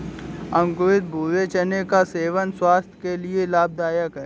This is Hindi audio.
अंकुरित भूरे चने का सेवन स्वास्थय के लिए लाभदायक है